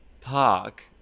park